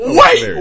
wait